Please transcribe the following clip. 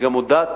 אני גם הודעתי